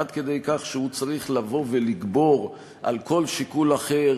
עד כדי כך שהוא צריך לבוא ולגבור על כל שיקול אחר